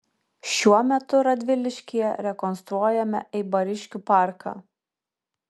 šiuo metu radviliškyje rekonstruojame eibariškių parką